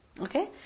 Okay